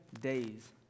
days